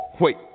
Wait